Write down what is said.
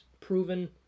proven